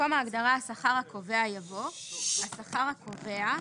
ההגדרה "השכר הקובע" יבוא: "השכר הקובע"